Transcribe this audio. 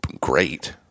great